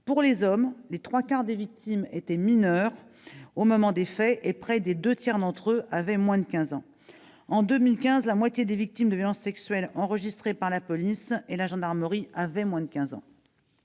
les hommes, les trois quarts des victimes étaient mineures au moment des faits et près des deux tiers avaient moins de 15 ans. En 2015, la moitié des victimes de violences sexuelles enregistrées par la police et la gendarmerie avaient moins de 15 ans.